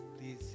please